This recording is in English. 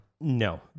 no